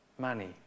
Money